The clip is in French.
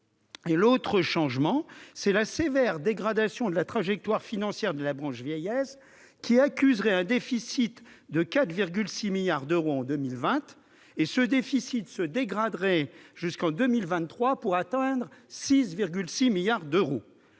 L'autre changement, c'est la sévère dégradation de la trajectoire financière de la branche vieillesse, qui accuserait un déficit de 4,6 milliards d'euros en 2020. Ce déficit se dégraderait jusqu'en 2023 pour atteindre 6,6 milliards d'euros.